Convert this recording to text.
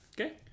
Okay